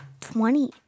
Twenty